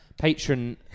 patron